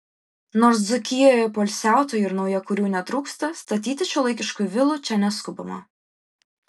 nors dzūkijoje poilsiautojų ir naujakurių netrūksta statyti šiuolaikiškų vilų čia neskubama